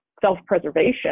self-preservation